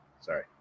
sorry